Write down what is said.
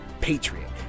patriot